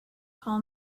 call